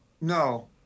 No